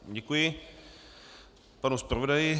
Děkuji panu zpravodaji.